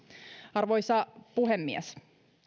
arvoisa puhemies